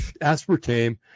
aspartame